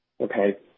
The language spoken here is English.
Okay